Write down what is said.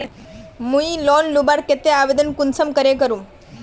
मुई लोन लुबार केते आवेदन कुंसम करे करूम?